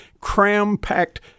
cram-packed